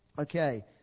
Okay